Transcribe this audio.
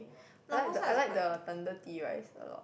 I like the I like the thunder tea rice a lot